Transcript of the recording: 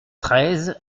treize